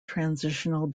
transitional